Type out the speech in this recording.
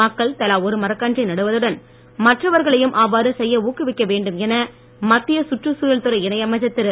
மக்கள் தலா ஒரு மரக்கன்றை நடுவதுடன் மற்றவர்களையும் அவ்வாறு செய்ய ஊக்குவிக்க வேண்டும் என மத்திய சுற்றுச் சூழல்துறை இணையமைச்சர் திரு